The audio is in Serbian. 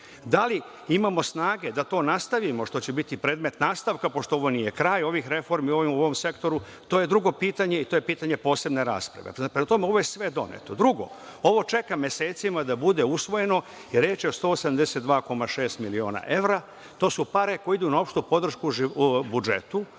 Da li imamo snage da to nastavimo, što će biti predmet nastavka, pošto ovo nije kraj ovih reformi u ovom sektoru, to je drugo pitanje i to je pitanje posebne rasprave. Prema tome, ovo je sve doneto. Drugo, ovo čeka mesecima da bude usvojeno i reč je o 182,6 miliona evra. To su pare koje idu na opštu podršku budžetu,